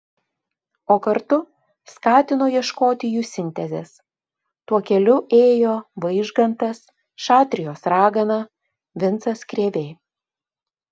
o kartu skatino ieškoti jų sintezės tuo keliu ėjo vaižgantas šatrijos ragana vincas krėvė